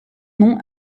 nom